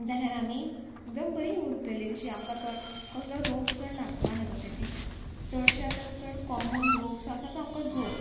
जाल्यार आमी एकदम बरी उरतली जशी आमकां चड कसलो रोग चड लागपाना जशें की चडशे आतां चड कॉमन रोग सो आसा तो आमकां जोड